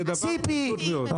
זה דבר פשוט מאוד.